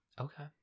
okay